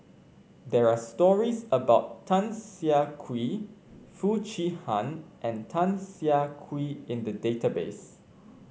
there are stories about Tan Siah Kwee Foo Chee Han and Tan Siah Kwee in the database